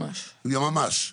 ממש.